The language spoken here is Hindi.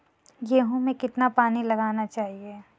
गेहूँ में कितना पानी लगाना चाहिए?